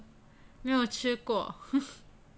没有吃过